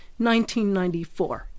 1994